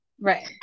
Right